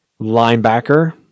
linebacker